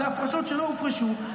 אלה הפרשות שלא הופרשו.